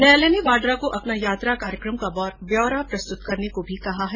न्यायालय ने वाड्रा को अपने यात्रा कार्यक्रम का ब्यौरा प्रस्तुत करने को भी कहा है